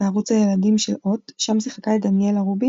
בערוץ הילדים של HOT שם שיחקה את דניאלה רובין